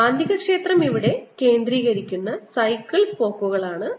കാന്തികക്ഷേത്രം ഇവിടെ കേന്ദ്രീകരിക്കുന്ന സൈക്കിൾ സ്പോക്കുകളാണ് അവ